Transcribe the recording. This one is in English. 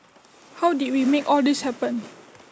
how did we make all this happen